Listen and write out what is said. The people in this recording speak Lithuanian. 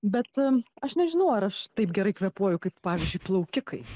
bet aš nežinau ar aš taip gerai kvėpuoju kaip pavyzdžiui plaukikai